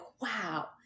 wow